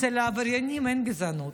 אצל העבריינים אין גזענות.